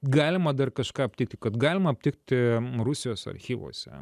galima dar kažką aptikti kad galima aptikti rusijos archyvuose